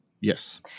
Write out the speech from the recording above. yes